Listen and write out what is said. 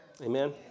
Amen